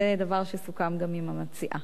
זה דבר שסוכם גם עם המציעה.